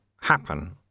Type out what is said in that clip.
happen